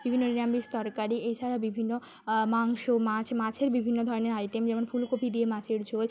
বিভিন্ন নিরামিষ তরকারি এছাড়া বিভিন্ন মাংস মাছ মাছের বিভিন্ন ধরনের আইটেম যেমন ফুলকপি দিয়ে মাছের ঝোল